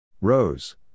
Rose